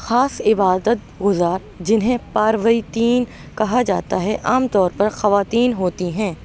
خاص عبادت گزار جنہیں پارویتین کہا جاتا ہے عام طور پر خواتین ہوتی ہیں